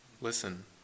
Listen